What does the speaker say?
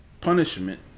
punishment